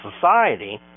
society